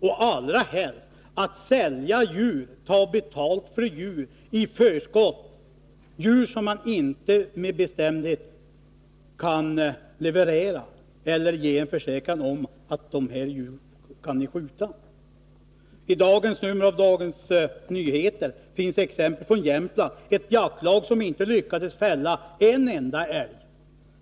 Det gäller i all synnerhet principen att ta betalt för djur i förskott, djur som man inte med bestämdhet kan ge en försäkran om att de kommer att skjutas. I dagens nummer av Dagens Nyheter finns ett exempel från Jämtland, där det var ett jaktlag som inte lyckades fälla en enda älg.